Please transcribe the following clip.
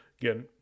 again